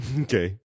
Okay